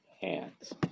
hands